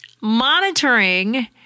Monitoring